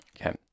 Okay